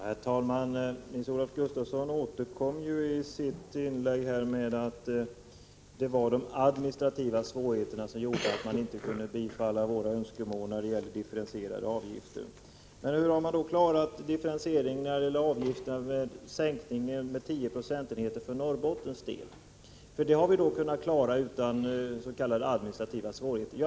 Herr talman! Nils-Olof Gustafsson återkom i sitt inlägg till att det var de administrativa svårigheterna som gjorde att man inte kunde tillstyrka våra önskemål när det gäller differentierade avgifter. Men hur man klarat differentieringen när det gäller sänkningen av avgifterna för Norrbotten med 10 96? Det har man kunnat klara utan s.k. administrativa svårigheter.